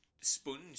sponge